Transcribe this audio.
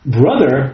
brother